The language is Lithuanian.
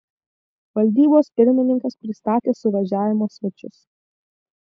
valdybos pirmininkas pristatė suvažiavimo svečius